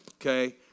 Okay